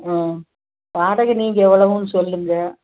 ம் வாடகை நீங்கள் எவ்வளவுன்னு சொல்லுங்கள்